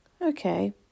Okay